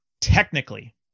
Technically